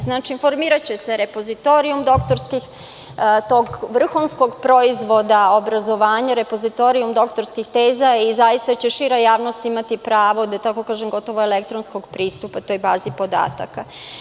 Znači, formiraće se repozitorijum tog vrhunskog proizvoda obrazovanja, repozitorijum doktorskih teza i zaista će šira javnost imati pravo, da tako kažem, elektronskog pristupa toj bazi podataka.